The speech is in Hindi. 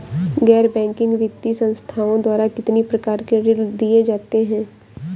गैर बैंकिंग वित्तीय संस्थाओं द्वारा कितनी प्रकार के ऋण दिए जाते हैं?